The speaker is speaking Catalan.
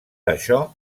això